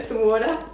water.